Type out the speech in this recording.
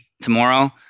tomorrow